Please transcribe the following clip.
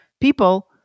people